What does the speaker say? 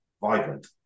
vibrant